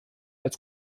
als